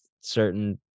certain